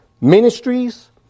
Ministries